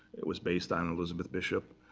it was based on elizabeth bishop.